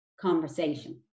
conversation